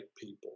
people